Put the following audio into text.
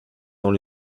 dans